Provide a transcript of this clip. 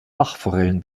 bachforellen